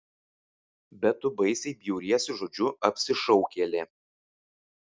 bet tu baisiai bjauriesi žodžiu apsišaukėlė